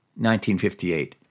1958